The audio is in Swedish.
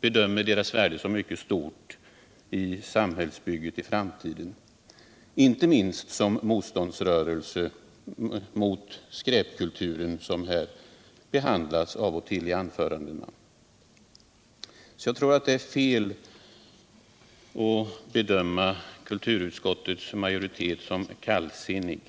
bedömer deras värde som mycket stort för samhällsbyggandet i framtiden — och då inte minst som motståndsrörelser mot den skräpkultur som det talas om från och till i de anföranden som här hålls. Jag tycker därför det är fel att bedöma kulturutskottets majoritet som kallsinnig.